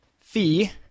Fee